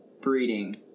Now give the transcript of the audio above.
breeding